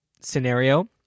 scenario